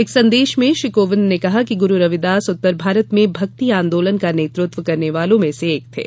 एक संदेश में श्री कोविंद ने कहा कि गुरु रविदास उत्तर भारत में भक्ति आंदोलन का नेतृत्व करने वालों में से एक थे